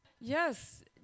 Yes